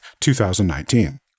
2019